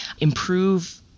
improve